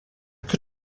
could